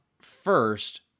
first